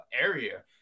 Area